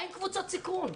מה עם קבוצות סיכון?